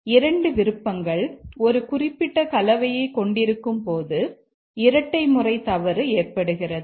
2 விருப்பங்கள் ஒரு குறிப்பிட்ட கலவையைக் கொண்டிருக்கும்போது இரட்டை முறை தவறு ஏற்படுகிறது